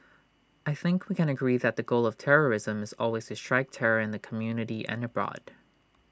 I think we can agree that the goal of terrorism is always to strike terror in the community and abroad